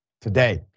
today